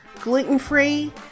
gluten-free